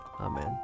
Amen